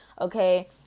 Okay